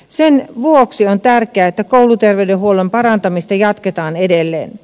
sen vuoksi on tärkeää että kouluterveydenhuollon parantamista jatketaan edelleen